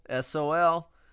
SOL